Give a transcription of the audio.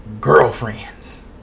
girlfriends